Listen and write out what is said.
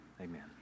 amen